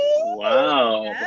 Wow